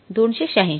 २८६